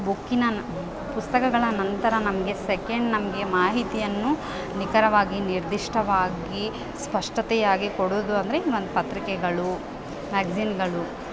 ಬುಕ್ಕಿ ನಾನು ಪುಸ್ತಕಗಳ ನಂತರ ನಮಗೆ ಸೆಕೆಂಡ್ ನಮಗೆ ಮಾಹಿತಿಯನ್ನು ನಿಖರವಾಗಿ ನಿರ್ಧಿಷ್ಟವಾಗಿ ಸ್ಪಷ್ಟತೆಯಾಗಿ ಕೊಡೋದು ಅಂದರೆ ಒಂದು ಪತ್ರಿಕೆಗಳು ಮ್ಯಾಗ್ಜಿನ್ಗಳು